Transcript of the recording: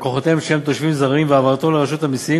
לקוחותיהם שהם תושבים זרים והעברתו לרשות המסים,